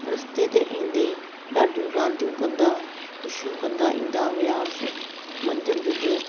रस्ते ते ईंदे ॾाढियूं रांदियूं कंदा ख़ुशियूं कंदा ईंदा हुआसि मंझंदि जो